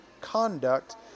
conduct